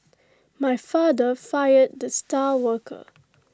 my father fired the star worker